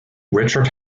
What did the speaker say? richard